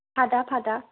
पातआ पातआ